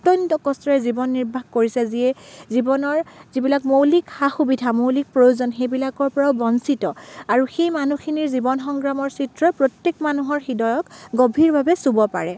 অত্যন্ত কষ্টৰে জীৱন নিৰ্বাহ কৰিছে যিয়ে জীৱনৰ যিবিলাক মৌলিক সা সুবিধা মৌলিক প্ৰয়োজন সেইবিলাকৰ পৰাও বঞ্চিত আৰু সেই মানুহখিনিৰ জীৱন সংগ্ৰামৰ চিত্ৰই প্ৰত্যেক মানুহৰ হৃদয়ক গভীৰভাৱে চুব পাৰে